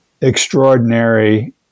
extraordinary